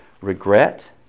Regret